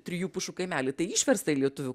trijų pušų kaimelį tai išversta į lietuvių